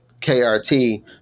KRT